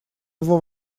его